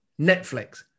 Netflix